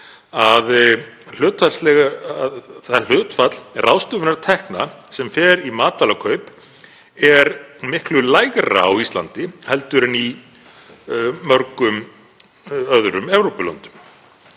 að það hlutfall ráðstöfunartekna sem fer í matvælakaup er miklu lægra á Íslandi en í mörgum öðrum Evrópulöndum.